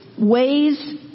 ways